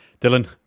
Dylan